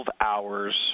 hours